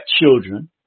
children